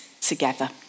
together